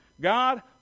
God